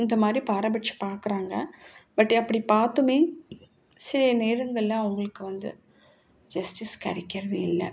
இந்தமாதிரி பாரபட்சம் பார்க்குறாங்க பட் அப்படி பார்த்துமே சில நேரங்களில் அவர்களுக்கு வந்து ஜஸ்டிஸ் கிடைக்கிறது இல்லை